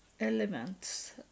Elements